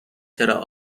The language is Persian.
چرا